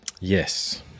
Yes